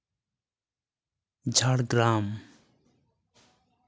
Jhargram